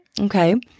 Okay